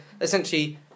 essentially